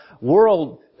world